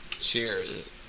Cheers